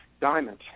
diamond